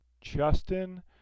Justin